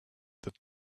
that